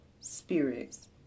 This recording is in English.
spirits